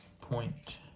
Point